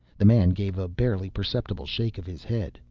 the man give a barely perceptible shake of his head,